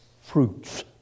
fruits